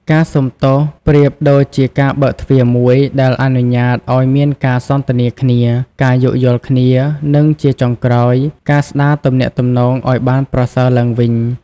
ការសុំទោសប្រៀបដូចជាការបើកទ្វារមួយ ដែលអនុញ្ញាតឱ្យមានការសន្ទនាគ្នា ការយោគយល់គ្នា និងជាចុងក្រោយ ការស្ដារទំនាក់ទំនងឱ្យបានប្រសើរឡើងវិញ។